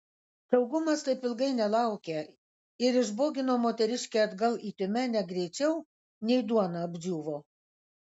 saugumas taip ilgai nelaukė ir išbogino moteriškę atgal į tiumenę greičiau nei duona apdžiūvo